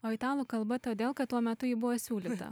o italų kalba todėl kad tuo metu ji buvo siūlyta